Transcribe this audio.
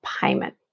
payment